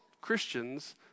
Christians